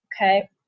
Okay